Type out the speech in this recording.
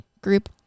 group